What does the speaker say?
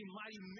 mighty